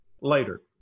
later